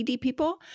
people